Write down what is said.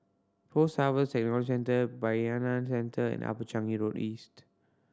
Post Harvest Technology Centre Bayanihan Centre and Upper Changi Road East